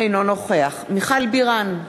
אינו נוכח מיכל בירן,